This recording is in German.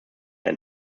ein